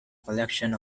collection